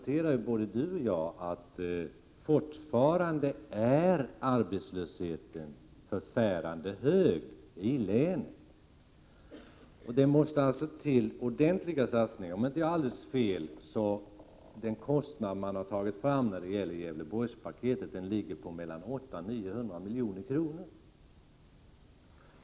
Vi har ju båda konstaterat att arbetslösheten fortfarande är förfärande hög i länet. Det måste alltså till ordentliga satsningar. Om jag inte har helt fel ligger den kostnad man räknat fram i Gävleborgspaketet på mellan 800 och 900 milj.kr.